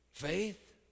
Faith